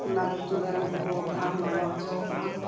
ᱚᱱᱟ ᱫᱚ ᱪᱩᱞᱦᱟᱹ ᱨᱮᱢ ᱫᱷᱤᱯᱟᱹᱣ ᱠᱟᱜᱼᱟᱢ ᱞᱚᱞᱚ ᱦᱚᱪᱚᱣᱟᱠᱟᱜᱼᱟᱢ